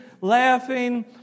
laughing